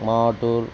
Maturu